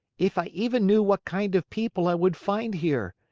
if i even knew what kind of people i would find here!